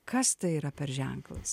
kas tai yra per ženklas